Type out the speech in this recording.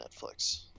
netflix